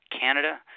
Canada